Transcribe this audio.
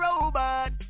robot